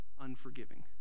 Unforgiving